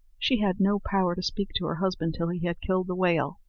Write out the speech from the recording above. she had no power to speak to her husband till he had killed the whale.